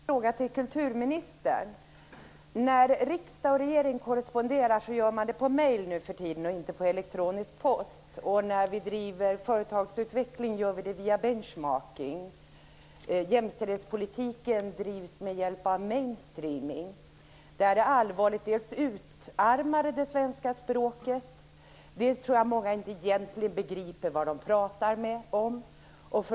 Fru talman! Jag skulle vilja ställa en fråga till kulturministern. När riksdagen och regeringen korresponderar nu för tiden gör man det via mail och inte via elektronisk post. När vi driver företagsutveckling gör vi det via bench-marking. Jämställdhetspolitiken drivs med hjälp av mainstreaming. Det här är allvarligt. Det utarmar det svenska språket, och jag tror att många egentligen inte begriper vad de pratar om.